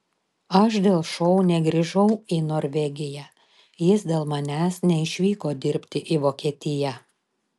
aš dėl šou negrįžau į norvegiją jis dėl manęs neišvyko dirbti į vokietiją